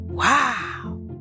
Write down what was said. Wow